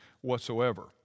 whatsoever